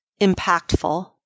impactful